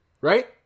right